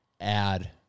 add